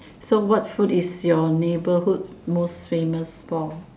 so what food is your neighbourhood most famous for